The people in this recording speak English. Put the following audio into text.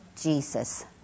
Jesus